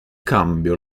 cambio